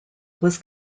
was